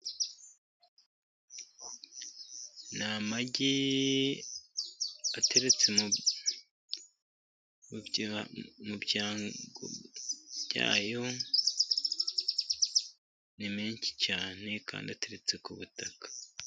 Ni amagi ateretse mu byayo ni menshi cyane kandi ateretse ku butaka.